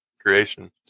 creation